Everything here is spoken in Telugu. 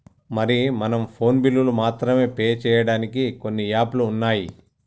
మరి మనం ఫోన్ బిల్లులు మాత్రమే పే చేయడానికి కొన్ని యాప్లు ఉన్నాయి